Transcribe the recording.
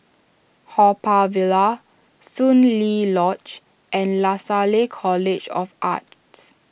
Haw Par Villa Soon Lee Lodge and Lasalle College of Arts